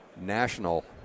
national